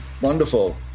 wonderful